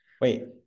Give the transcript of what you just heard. Wait